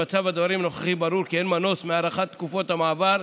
במצב הדברים הנוכחי ברור כי אין מנוס מהארכת תקופות המעבר,